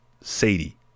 Sadie